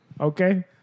okay